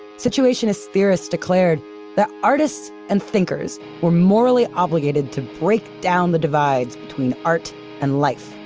situationist theorists declared that artists and thinkers were morally obligated to break down the divides between art and life.